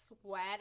sweat